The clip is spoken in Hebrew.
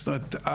זאת אומרת,